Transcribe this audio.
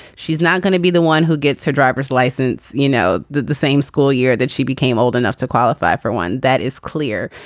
she's not gonna be the one who gets her driver's license. you know that the same school year that she became old enough to qualify for one that is clear.